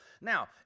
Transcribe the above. Now